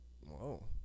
Whoa